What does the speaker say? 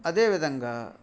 అదేవిధంగా